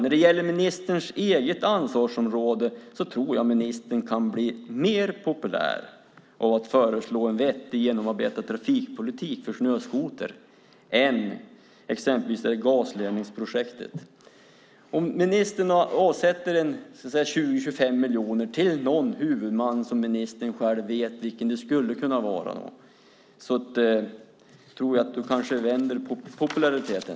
När det gäller ministerns eget ansvarsområde tror jag att ministern kan bli mer populär av att föreslå en vettig genomarbetad trafikpolitik för snöskoter än av till exempel gasledningsprojektet. Om ministern avsätter 20-25 miljoner till någon huvudman som ministern själv väljer kan han nog vända på populariteten.